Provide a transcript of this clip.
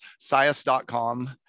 Sias.com